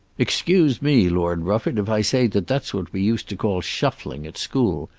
excuse me, lord rufford, if i say that that's what we used to call shuffling, at school.